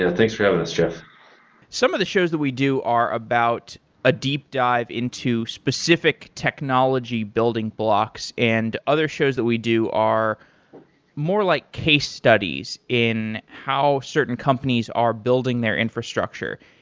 ah thanks for having us, jeff some of the shows that we do are about a deep dive into specific technology building blocks and other shows that we do are more like case studies in how certain companies are building their infrastructure.